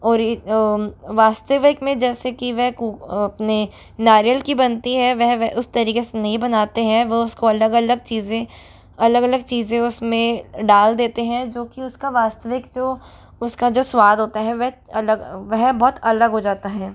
और वास्तविक में जैसे कि वह कु अपने नारियल की बनती है वह वे उस तरीके से नहीं बनाते हैं वो उसको अलग अलग चीज़ें अलग अलग चीज़ें उसमें डाल देते हैं जो कि उसका वास्तविक जो उसका जो स्वाद होता है वह अलग वह बहुत अलग हो जाता है